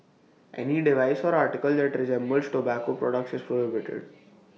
any device or article that resembles tobacco products is prohibited